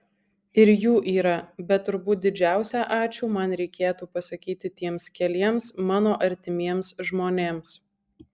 ir jų yra bet turbūt didžiausią ačiū man reikėtų pasakyti tiems keliems mano artimiems žmonėms